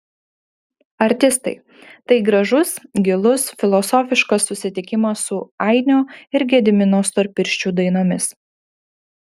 artistai tai gražus gilus filosofiškas susitikimas su ainio ir gedimino storpirščių dainomis